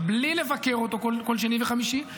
בלי לבקר אותו בכל שני וחמישי,